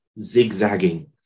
zigzagging